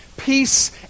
peace